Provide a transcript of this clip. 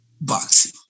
boxing